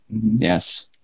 Yes